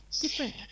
Different